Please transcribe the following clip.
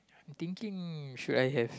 I'm thinking should I have